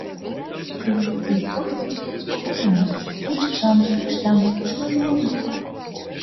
kregždutė juk toks nepastovus paukštelis šmykšt šen šmykšt ten taip ir šmėžuoja